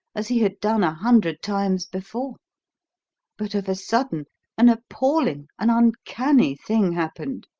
as he had done a hundred times before but of a sudden an appalling, an uncanny, thing happened.